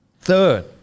Third